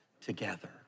together